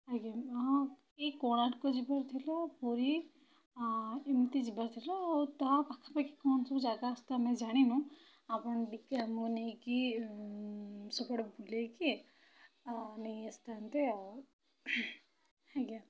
ଆଜ୍ଞା ହଁ ଏଇ କୋଣାର୍କ ଯିବାର ଥିଲା ପୁରୀ ଏମିତି ଯିବାର ଥିଲା ଆଉ ତା ପାଖାପାଖି କଣ ସବୁ ଜାଗା ଅଛି ତ ଆମେ ଜାଣିନୁ ଆପଣ ଟିକେ ଆମକୁ ନେଇକି ସେପଟେ ବୁଲେଇକି ନେଇ ଆସିଥାନ୍ତେ ଆଉ ଆଜ୍ଞା